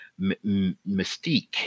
mystique